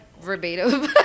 verbatim